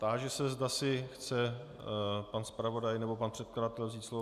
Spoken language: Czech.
Táži se, zda si chce pan zpravodaj nebo pan předkladatel vzít slovo.